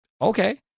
Okay